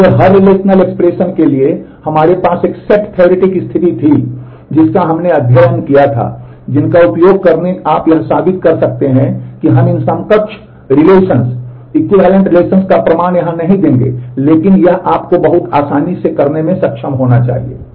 इसलिए हर रिलेशनल का प्रमाण यहां नहीं देंगे लेकिन यह आपको बहुत आसानी से करने में सक्षम होना चाहिए